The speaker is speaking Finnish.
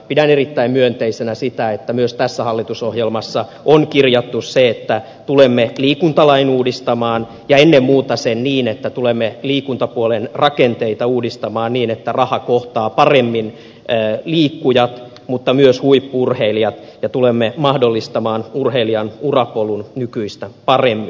pidän erittäin myönteisenä sitä että myös tässä hallitusohjelmassa on kirjattu se että tulemme liikuntalain uudistamaan ja ennen muuta niin että tulemme liikuntapuolen rakenteita uudistamaan niin että raha kohtaa paremmin liikkujat mutta myös huippu urheilijat ja tulemme mahdollistamaan urheilijan urapolun nykyistä paremmin